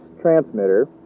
transmitter